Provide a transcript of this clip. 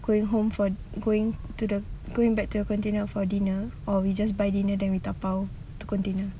going home for going to the going back to your container for dinner or we just buy dinner then we dabao to container